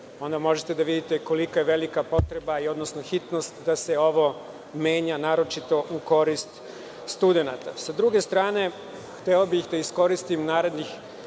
onda možete da vidite kolika je velika potreba i odnosno hitnost da se ovo menja, naročito u korist studenata. Sa druge strane, hteo bih da iskoristim narednih